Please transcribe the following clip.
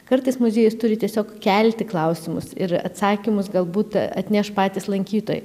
kartais muziejus turi tiesiog kelti klausimus ir atsakymus galbūt atneš patys lankytojai